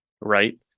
Right